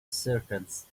circuits